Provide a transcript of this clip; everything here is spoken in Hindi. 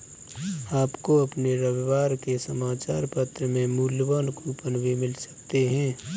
आपको अपने रविवार के समाचार पत्र में मूल्यवान कूपन भी मिल सकते हैं